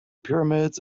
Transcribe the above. pyramids